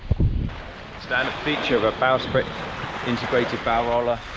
standard feature of a bowsprit integrated bow roller